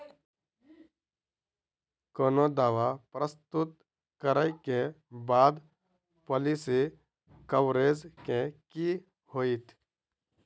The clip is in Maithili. कोनो दावा प्रस्तुत करै केँ बाद पॉलिसी कवरेज केँ की होइत?